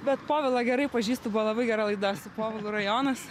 bet povilą gerai pažįstu buvo labai gera laida su povilu rajonas